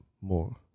more